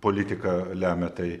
politika lemia tai